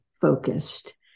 focused